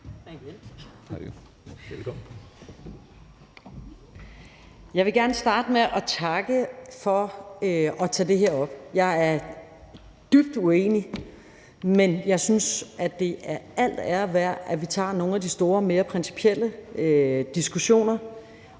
Jeg vil gerne starte med at takke for, at man tager det her op. Jeg er dybt uenig, men jeg synes, at det er al ære værd, at vi tager nogle af de store, mere principielle diskussioner